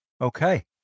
Okay